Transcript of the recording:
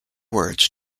words